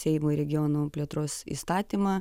seimui regionų plėtros įstatymą